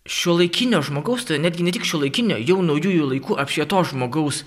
šiuolaikinio žmogaus tai netgi ne tik šiuolaikinio jau naujųjų laikų apšvietos žmogaus